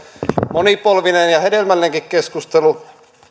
monipolvinen ja hedelmällinenkin keskustelu